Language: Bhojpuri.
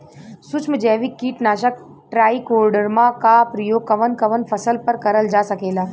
सुक्ष्म जैविक कीट नाशक ट्राइकोडर्मा क प्रयोग कवन कवन फसल पर करल जा सकेला?